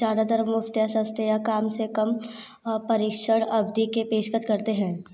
ज़्यादातर मुफ्त या सस्ते या काम से कम परीक्षण अवधि के पेशकश करते हैं